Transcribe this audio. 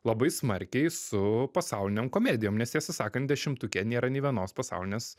labai smarkiai su pasaulinėm komedijom nes tiesą sakan dešimtuke nėra nei vienos pasaulinės